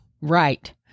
Right